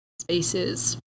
spaces